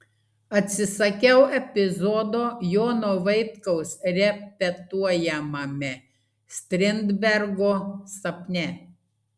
atsisakiau epizodo jono vaitkaus repetuojamame strindbergo sapne